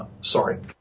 Sorry